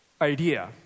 idea